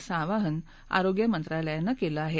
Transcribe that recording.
असं आवाहन आरोग्य मंत्रालयानं केलं आहे